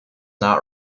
not